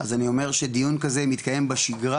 אז אני אומר שדיון כזה מתקיים בשגרה,